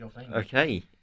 Okay